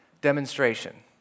demonstration